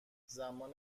زمان